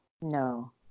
No